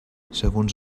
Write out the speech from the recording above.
segons